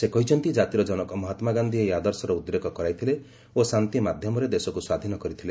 ସେ କହିଛନ୍ତି ଜାତିର ଜନକ ମହାତ୍ମା ଗାନ୍ଧି ଏହି ଆଦର୍ଶର ଉଦ୍ରେକ କରାଇଥିଲେ ଓ ଶାନ୍ତି ମାଧ୍ୟମରେ ଦେଶକୁ ସ୍ୱାଧୀନ କରିଥିଲେ